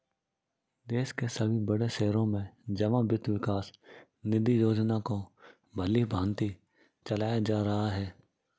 देश के सभी बड़े शहरों में जमा वित्त विकास निधि योजना को भलीभांति चलाया जा रहा है